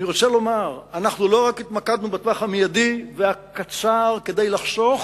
אני רוצה לומר שאנחנו לא רק התמקדנו בטווח המיידי והקצר כדי לחסוך.